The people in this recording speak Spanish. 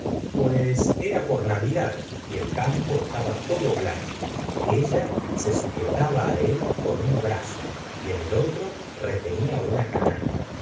pues era por nitvidad y el campo estaba todo blanco ella se sujetaba él con un brazo y en el otro retenía una canasta